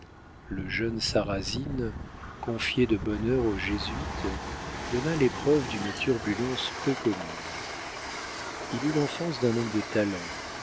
le jeune sarrasine confié de bonne heure aux jésuites donna les preuves d'une turbulence peu commune il eut l'enfance d'un homme de talent